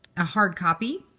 ah hard copy,